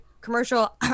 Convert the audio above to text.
commercial